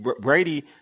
brady